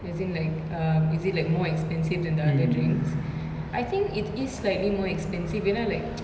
as in like um is it like more expensive than the other drinks I think it is slightly more expensive ஏனா:yenaa like